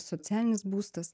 socialinis būstas